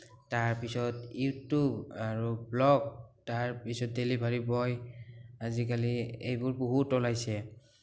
তাৰপিছত ইউটিউব আৰু ব্লগ তাৰপিছত ডেলিভাৰী বয় আজিকালি এইবোৰ বহুত ওলাইছে